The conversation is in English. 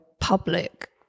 public